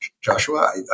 Joshua